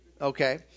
okay